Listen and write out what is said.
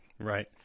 Right